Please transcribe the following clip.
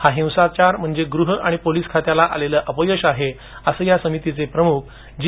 हा हिंसाचार म्हणजे गृह आणि पोलीस खात्याला आलेलं अपयश आहे असं या या समितीचे प्रमुख जी